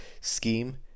scheme